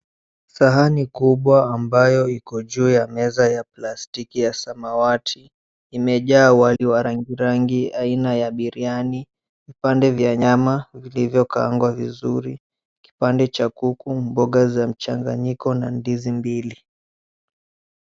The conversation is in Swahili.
Sahani kubwa ambayo iko juu ya meza ya plastiki ya samawati imejaa wali wa rangi rangi aina ya ya biriani, vipande vya nyama vilivyokaangwa vizuri, kipande cha kuku, mboga za mchanganyiko na ndizi mbili.